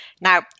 Now